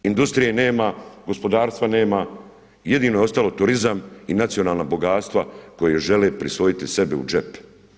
Industrije nema, gospodarstva nema, jedino je ostalo turizam i nacionalna bogatstva koje je žele prisvojiti sebi u džep.